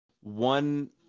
one